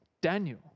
Daniel